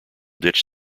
ditch